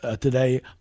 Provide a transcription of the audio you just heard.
today